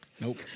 Nope